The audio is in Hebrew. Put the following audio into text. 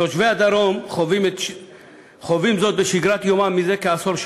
תושבי הדרום חווים זאת בשגרת יומם מזה כעשור.